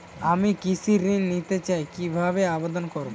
আমি কৃষি ঋণ নিতে চাই কি ভাবে আবেদন করব?